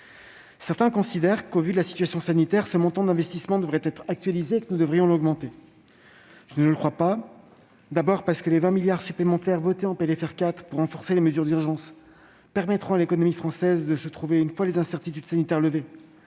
certains, au vu de la situation sanitaire, le montant de l'investissement devrait être actualisé et il faudrait l'augmenter. Je ne suis pas de cet avis. Les 20 milliards d'euros supplémentaires votés en PLFR 4 pour renforcer les mesures d'urgence permettront à l'économie française de se trouver, une fois les incertitudes sanitaires levées,